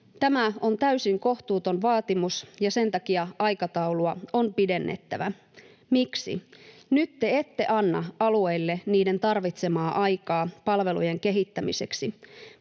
Tämä on täysin kohtuuton vaatimus, ja sen takia aikataulua on pidennettävä. Miksi? Nyt te ette anna alueille niiden tarvitsemaa aikaa palvelujen kehittämiseksi.